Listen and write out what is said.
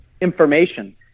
information